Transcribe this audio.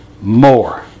more